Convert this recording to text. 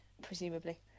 Presumably